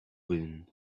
win